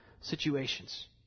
situations